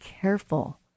careful